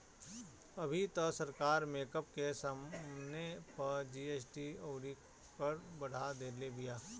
अबही तअ सरकार मेकअप के समाने पअ जी.एस.टी अउरी कर बढ़ा देले बिया